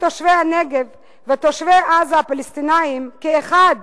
תושבי הנגב ותושבי עזה הפלסטינים כאחד